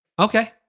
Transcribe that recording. Okay